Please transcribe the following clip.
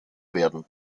werden